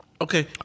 Okay